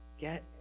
get